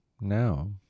now